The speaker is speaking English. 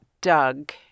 Doug